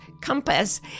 compass